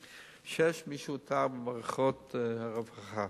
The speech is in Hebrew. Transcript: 6. מי שאותר במערכות הרווחה.